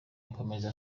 akomeza